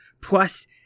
Plus